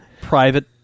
Private